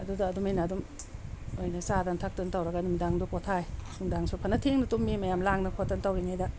ꯑꯗꯨꯗ ꯑꯗꯨꯃꯥꯏꯅ ꯑꯗꯨꯝ ꯑꯩꯈꯣꯏꯅ ꯆꯥꯗꯅ ꯊꯛꯇꯅ ꯇꯧꯔꯒ ꯅꯨꯡꯗꯥꯡꯗꯣ ꯄꯣꯊꯥꯏ ꯅꯨꯡꯗꯥꯡꯁꯨ ꯐꯅ ꯊꯦꯡꯅ ꯇꯨꯝꯃꯤ ꯃꯌꯥꯝ ꯂꯥꯡꯗꯅ ꯈꯣꯠꯇꯅ ꯇꯧꯔꯤꯉꯩꯗ